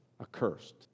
accursed